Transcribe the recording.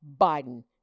Biden